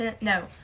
No